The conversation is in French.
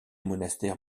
monastère